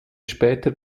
später